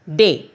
day